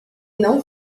não